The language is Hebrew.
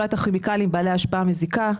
תחולת הכימיקלים בעלי השפעה מזיקה,